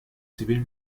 zivilen